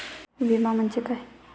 विमा म्हणजे काय?